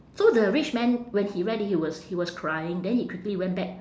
so the rich man when he read it he was he was crying then he quickly went back